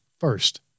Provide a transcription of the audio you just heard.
first